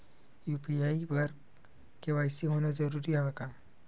UPI बर KYC होना जरूरी हवय का?